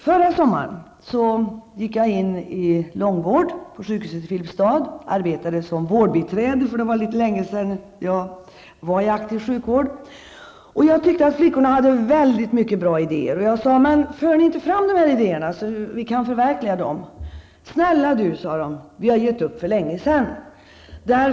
Förra sommaren arbetade jag på långvården på sjukhuset i Filipstad. Jag arbetade som vårdbiträde, för det var länge sedan jag var aktiv i sjukvård. Jag tyckte att flickorna hade många bra idéer. Jag frågade: För ni inte fram dessa idéer, så att vi kan förverkliga dem? ''Snälla du'', sade de, ''vi har gett upp för länge sedan!